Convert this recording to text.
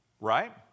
right